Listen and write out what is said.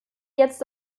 jetzt